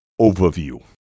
Overview